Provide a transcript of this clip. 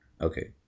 Okay